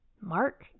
Mark